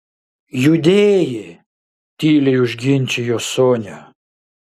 judėjė tyliai užginčijo sonia